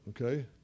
okay